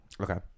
Okay